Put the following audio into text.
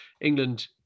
England